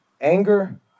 anger